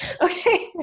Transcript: okay